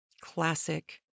classic